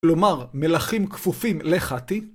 כלומר, מלכים כפופים לחתי.